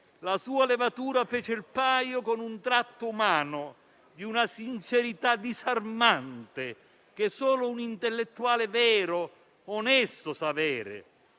La sua levatura fece il paio con un tratto umano di una sincerità disarmante che solo un intellettuale vero e onesto sa avere.